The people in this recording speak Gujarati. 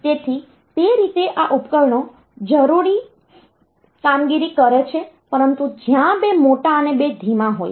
તેથી તે રીતે આ ઉપકરણો જરૂરી કામગીરી કરે છે પરંતુ જ્યાં બે મોટા અને બે ધીમા હોય છે